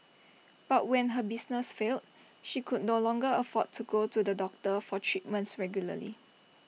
but when her business failed she could no longer afford to go to the doctor for treatments regularly